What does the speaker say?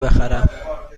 بخرم